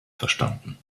verstanden